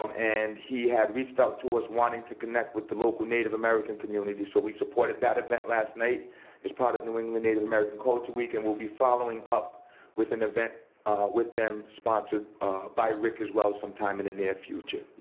um and he had reached out to us wanting to connect with the local native american community. so we supported that event last night as part of new england native american culture week. and we'll be following up with an event with them sponsored by rick, as well, sometime in the near future.